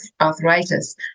arthritis